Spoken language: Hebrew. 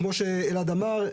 כמו שאלעד אמר,